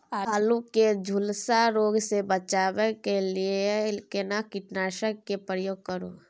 आलू के झुलसा रोग से बचाबै के लिए केना कीटनासक के प्रयोग करू